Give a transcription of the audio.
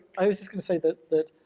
i was just gonna say that that